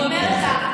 אני אומרת לך,